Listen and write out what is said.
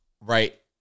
Right